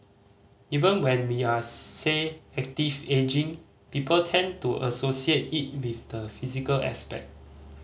even when we are say active ageing people tend to associate it with the physical aspect